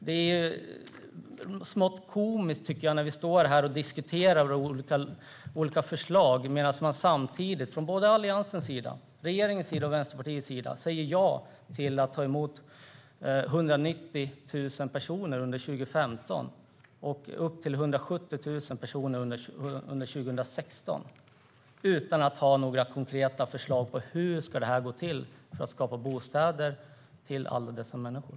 Det är lite komiskt när vi står här och diskuterar olika förslag medan man från Alliansen, regeringen och Vänsterpartiet samtidigt säger ja till att ta emot 190 000 personer under 2015 och upp till 170 000 personer under 2016, utan att man har några konkreta förslag på hur man ska skaffa bostäder till alla dessa människor.